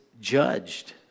judged